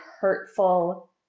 hurtful